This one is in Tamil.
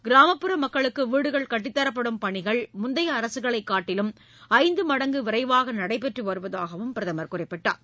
கிராமப்புற மக்களுக்கு வீடுகள் கட்டித்தரப்படும் பணிகள் முந்தைய அரசுகளை காட்டிலும் ஐந்து மடங்கு விரைவாக நடபெற்று வருவதாக பிரதமர் குறிப்பிட்டார்